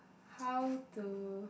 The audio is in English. how to